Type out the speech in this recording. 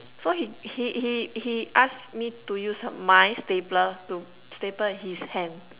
so he he he he asked me to use my stapler to staple his hand